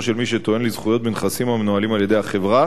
של מי שטוען לזכויות בנכסים המנוהלים על-ידי החברה,